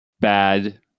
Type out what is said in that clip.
bad